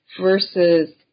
versus –